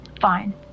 Fine